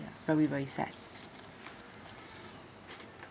ya very very sad